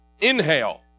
inhale